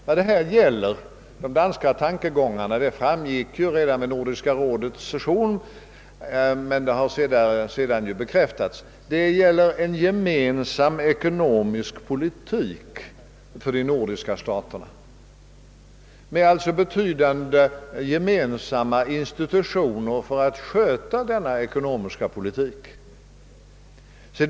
Vad de danska tankegångarna går ut på framgick redan vid Nordiska rådets senaste session men har därefter bekräftats. Det gäller en gemensam ekonomisk politik för de nordiska staterna med betydande gemensamma institutioner för att sköta den politiken.